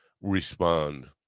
respond